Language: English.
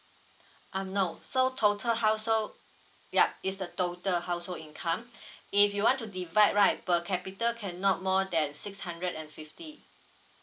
um no so total household yup is the total household income if you want to divide right per capita cannot more than six hundred and fifty